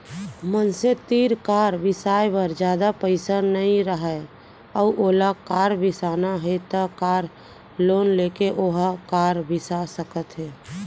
मनसे तीर कार बिसाए बर जादा पइसा नइ राहय अउ ओला कार बिसाना हे त कार लोन लेके ओहा कार बिसा सकत हे